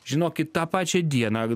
žinokit tą pačią dieną